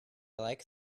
like